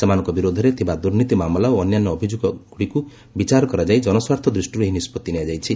ସେମାନଙ୍କ ବିରୋଧରେ ଥିବା ଦୁର୍ନୀତି ମାମଲା ଓ ଅନ୍ୟାନ୍ୟ ଅଭିଯୋଗଗୁଡ଼ିକୁ ବିଚାର କରାଯାଇ କନସ୍ୱାର୍ଥ ଦୃଷ୍ଟିରୁ ଏହି ନିଷ୍କଭି ନିଆଯାଇଛି